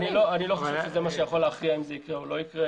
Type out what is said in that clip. אני לא חושב שזה מה שיכול להכריע אם זה יקרה או לא יקרה.